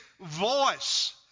voice